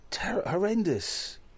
horrendous